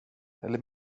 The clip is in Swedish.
eller